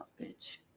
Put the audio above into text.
bitch